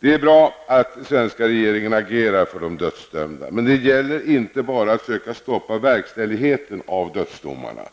Det är bra att den svenska regeringen agerar för de dödsdömda. Men det gäller inte bara att söka stoppa verkställigheten av dödsdomarna.